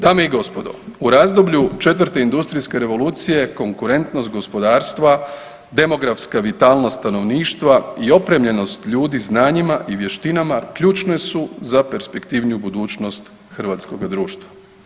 Dame i gospodo, u razdoblju 4. industrijske revolucije, konkurentnost gospodarstva, demografska vitalnost stanovništva i opremljenost ljudi znanjima i vještinama ključne su za perspektivniju budućnost hrvatskoga društva.